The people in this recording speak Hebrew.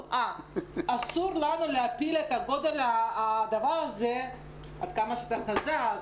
אסור לנו להפיל את הדבר - עד כמה שאתה חזק,